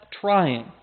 trying